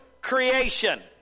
creation